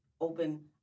open